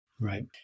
Right